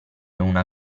una